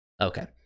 Okay